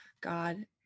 God